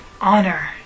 honor